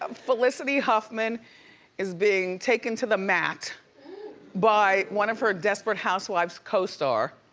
um felicity huffman is being taken to the mat by one of her desperate housewives co-star.